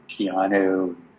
Keanu